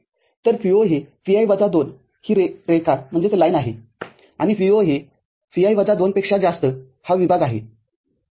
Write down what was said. तर Vo हे Vi वजा २ ही रेखाआहे आणि Vo हे Vi वजा २ पेक्षा जास्त हा विभाग आहे ठीक आहे